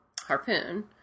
Harpoon